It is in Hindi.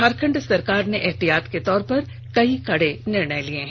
झारखण्ड सरकार ने एहतियात के तौर पे कई कड़े निर्णय लिये हैं